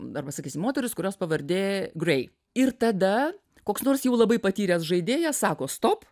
arba sakysim moteris kurios pavardė grei ir tada koks nors jau labai patyręs žaidėjas sako stop